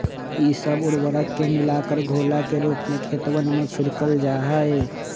ई सब उर्वरक के मिलाकर घोला के रूप में खेतवन में छिड़कल जाहई